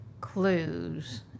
clues